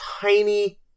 tiny